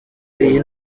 iyi